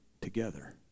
together